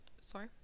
Sorry